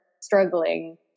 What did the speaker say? struggling